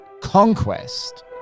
conquest